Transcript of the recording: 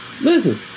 listen